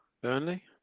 Burnley